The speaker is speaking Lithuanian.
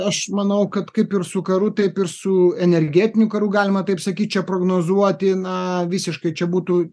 aš manau kad kaip ir su karu taip ir su energetiniu karu galima taip sakyt čia prognozuoti na visiškai čia būtų